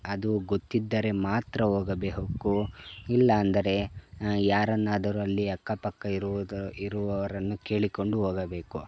ಅದು ಗೊತ್ತಿದ್ದರೆ ಮಾತ್ರ ಹೋಗಬೇಕು ಇಲ್ಲಂದರೆ ಯಾರನ್ನಾದರೂ ಅಲ್ಲಿ ಅಕ್ಕಪಕ್ಕ ಇರುವುದ ಇರುವವರನ್ನು ಕೇಳಿಕೊಂಡು ಹೋಗಬೇಕು